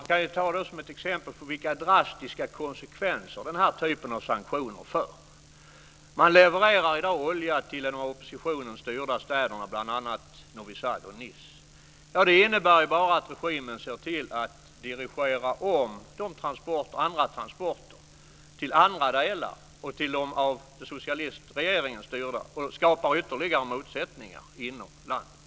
Fru talman! Jag kan ta ett exempel på vilka drastiska konsekvenser den typen av sanktioner får. Man levererar i dag olja till de av oppositionen styrda städerna, bl.a. Novi Sad och Nis. Det innebär bara att regimen dirigerar om andra transporter till de städer som styrs av socialistregeringen. Det skapar ytterligare motsättningar inom landet.